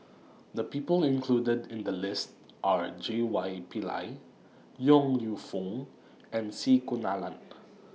The People included in The list Are J Y Pillay Yong Lew Foong and C Kunalan